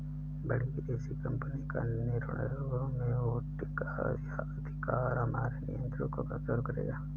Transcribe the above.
बड़ी विदेशी कंपनी का निर्णयों में वोटिंग का अधिकार हमारे नियंत्रण को कमजोर करेगा